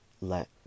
let